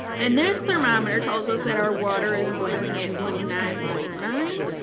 and this thermometer tells us that our water is boiling at eighty nine point nine,